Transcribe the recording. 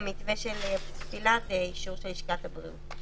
במתווה של בית תפילה זה אישור של לשכת הבריאות.